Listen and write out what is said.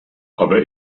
aber